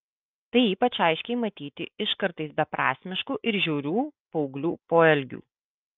tai ypač aiškiai matyti iš kartais beprasmiškų ir žiaurių paauglių poelgių